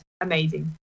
amazing